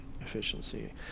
efficiency